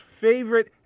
favorite